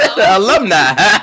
alumni